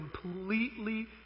completely